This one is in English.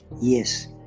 Yes